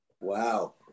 Wow